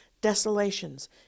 desolations